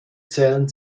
zählen